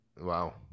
Wow